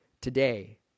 today